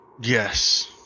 Yes